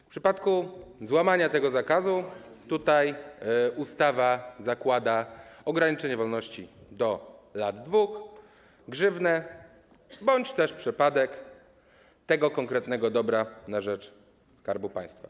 W przypadku złamania tego zakazu ustawa zakłada ograniczenie wolności do lat 2, grzywnę bądź też przepadek tego konkretnego dobra na rzecz Skarbu Państwa.